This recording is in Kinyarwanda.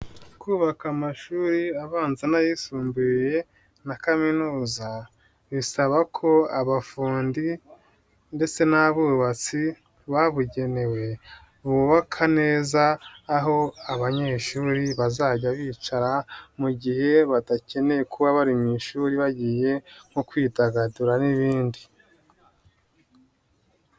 Kubaka amashuri abanza n'ayisumbuyeye na kaminuza bisaba ko abafundi ndetse n'abubatsi babugenewe bubaka neza aho abanyeshuri bazajya bicara mu gihe badakeneye kuba bari mu ishuri bagiye nko kwidagadura n'ibindi.